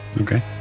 Okay